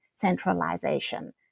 centralization